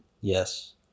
Yes